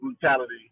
brutality